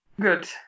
good